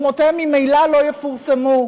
שמותיהם ממילא לא יפורסמו.